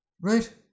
Right